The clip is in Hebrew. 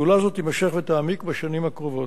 פעולה זו תימשך ותעמיק בשנים הקרובות.